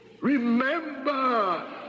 remember